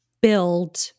build